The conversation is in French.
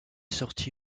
sorti